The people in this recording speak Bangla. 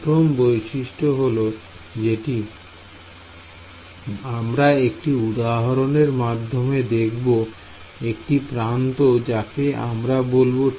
প্রথম বৈশিষ্ট্যটি হল জেটি আমরা একটি উদাহরণ এর মাধ্যমে দেখব একটি প্রান্ত যাকে আমরা বলব T1